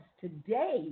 today